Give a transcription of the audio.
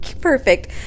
perfect